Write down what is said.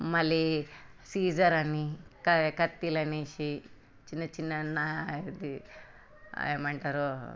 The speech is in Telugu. మళ్ళీ సీజర్ అని ఇంకా కత్తిలనేసి చిన్న చిన్న నా ఇది ఏమంటారు